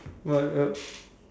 well uh